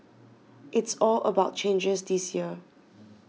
it's all about changes this year